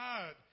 God